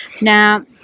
Now